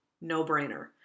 no-brainer